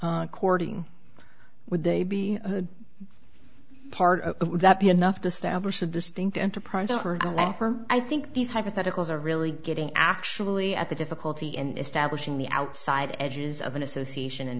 courting would they be part of that be enough to stablish a distinct enterprise i think these hypotheticals are really getting actually at the difficulty in establishing the outside edges of an association in